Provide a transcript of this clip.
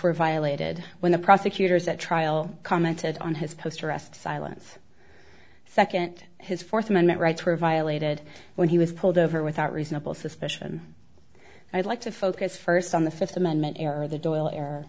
were violated when the prosecutors at trial commented on his post arrest silence second his fourth amendment rights were violated when he was pulled over without reasonable suspicion i'd like to focus first on the fifth amendment